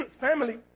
family